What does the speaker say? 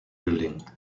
building